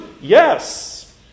Yes